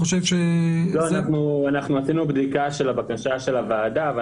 אנחנו עשינו בדיקה של הבקשה של הוועדה.